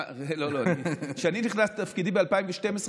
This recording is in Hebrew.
כשאני נכנסתי לתפקידי ב-2015,